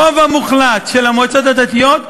הרוב המוחלט של המועצות הדתיות,